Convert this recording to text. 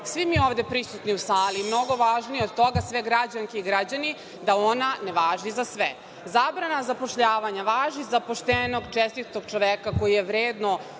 svi mi ovde prisutni u sali, mnogo važnije od toga, sve građanke i građani, da ona ne važi za sve. Zabrana zapošljavanja važi za poštenog, čestitog čoveka koji je vredno